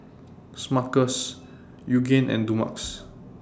Smuckers Yoogane and Dumex